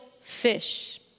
fish